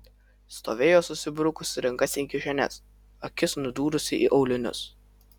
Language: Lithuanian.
stovėjo susibrukusi rankas į kišenes akis nudūrusi į aulinius